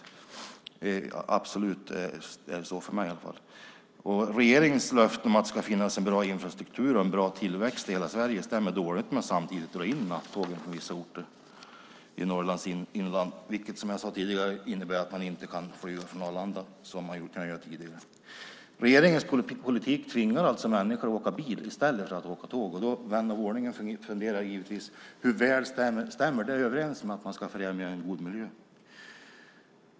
Så är det absolut, tycker jag i alla fall. Regeringens löfte att det ska finnas en bra infrastruktur och en bra tillväxt i hela Sverige stämmer dåligt med att man drar in nattågen på vissa orter i Norrlands inland. Det innebär, som jag sade tidigare, att man inte kan flyga från Arlanda som förut. Regeringens politik tvingar alltså människor att åka bil i stället för tåg. Vän av ordning undrar givetvis: Hur väl stämmer det överens med att man ska främja en god miljö?